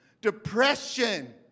depression